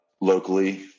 locally